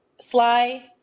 Sly